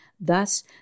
thus